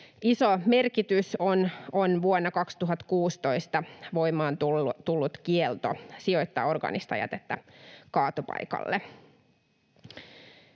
Iso merkitys on vuonna 2016 voimaan tulleella kiellolla sijoittaa orgaanista jätettä kaatopaikalle.